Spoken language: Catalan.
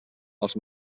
els